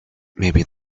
maybe